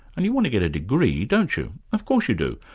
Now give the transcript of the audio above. and you want to get a degree, don't you? of course you do.